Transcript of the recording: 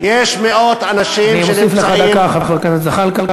אדוני היושב-ראש, זה בסדר.